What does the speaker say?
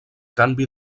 canvi